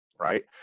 right